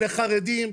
לחרדים,